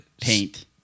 paint